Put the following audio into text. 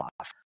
off